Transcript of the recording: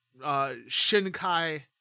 Shinkai